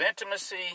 intimacy